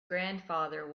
grandfather